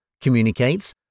communicates